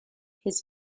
his